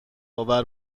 آور